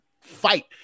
fight